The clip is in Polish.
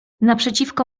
naprzeciwko